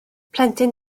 plentyn